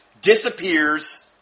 disappears